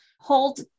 hold